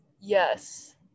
Yes